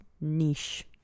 niche